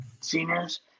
seniors